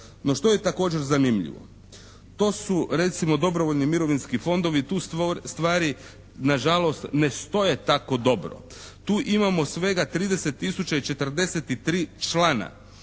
No što je također zanimljivo? To su recimo dobrovoljni mirovinski fondovi, tu stvari nažalost ne stoje tako dobro. Tu imamo svega 30 tisuća